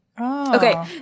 Okay